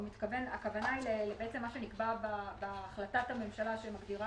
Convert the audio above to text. הכוונה היא למה שנקבע בהחלטת הממשלה שמגדירה